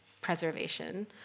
preservation